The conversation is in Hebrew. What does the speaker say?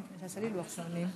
עושה מחווה?